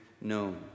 known